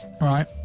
Right